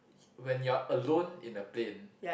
when you are alone in a plane